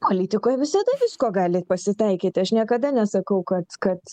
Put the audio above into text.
politikoj visada visko gali pasitaikyt aš niekada nesakau kad kad